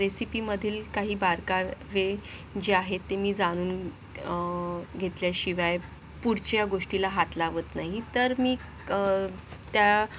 रेसिपीमधील काही बारकाववे जे आहेत ते मी जाणून घेतल्याशिवाय पुढच्या गोष्टीला हात लावत नाही तर मी त्या